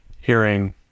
hearing